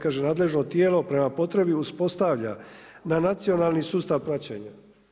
Kaže nadležno tijelo prema potrebi uspostavlja na nacionalni sustav praćenja.